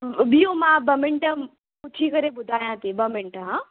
बीहो मां ॿ मिंट पुछी करे ॿुधायां थी ॿ मिंट हा